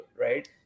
right